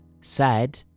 sad